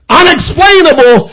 unexplainable